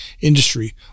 industry